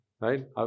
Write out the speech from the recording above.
right